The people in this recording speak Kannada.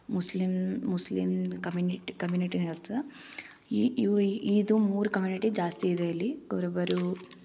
ಮುಸ್ಲಿಮ್ ಮುಸ್ಲಿಮ್ ಕಮಿನಿಟ್ ಕಮಿನಿಟಿಯೂ ಇರ್ತೆ ಈ ಇವು ಇದು ಮೂರು ಕಮಿನಿಟಿ ಜಾಸ್ತಿ ಇದೆ ಇಲ್ಲಿ ಕುರುಬರು